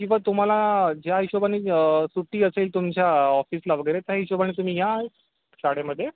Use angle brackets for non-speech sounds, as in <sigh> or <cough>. <unintelligible> तुम्हाला ज्या हिशोबाने सुट्टी असेल तुमच्या ऑफिसला वगैरे त्या हिशोबाने तुम्ही या शाळेमध्ये